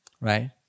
Right